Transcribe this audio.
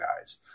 guys